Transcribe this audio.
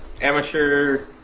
amateur